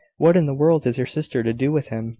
what in the world is your sister to do with him,